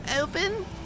open